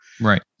right